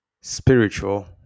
spiritual